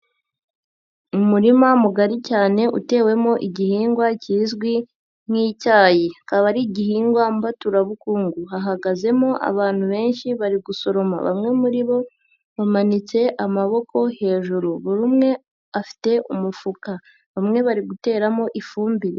Umurima mugari cyane utewemo igihingwa kizwi nk'icyayi. Akaba ari igihingwa mbaturabukungu. Hahagazemo abantu benshi bari gusoroma, bamwe muri bo bamanitse amaboko hejuru. Buri umwe afite umufuka, bamwe bari guteramo ifumbire.